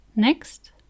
Next